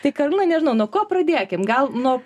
tai karolina nežinau nuo ko pradėkim gal nuo